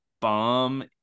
bomb